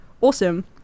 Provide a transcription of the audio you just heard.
awesome